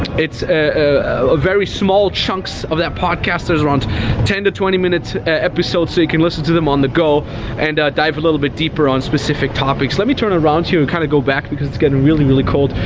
ah very small chunks of that podcast. there's around ten to twenty minutes episodes, so you can listen to them on the go and dive a little bit deeper on specific topics. let me turn around here and kind of go back because it's getting really, really cold.